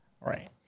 Right